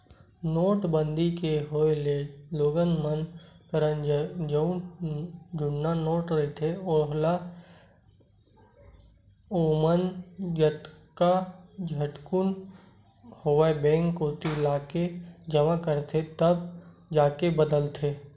नोटबंदी के होय ले लोगन मन करन जउन जुन्ना नोट रहिथे ओला ओमन जतका झटकुन होवय बेंक कोती लाके जमा करथे तब जाके बदलाथे